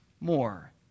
more